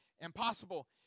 impossible